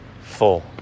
full